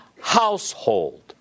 household